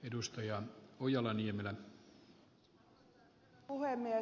arvoisa herra puhemies